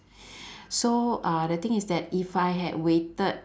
so uh the thing is that if I had waited